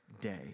Day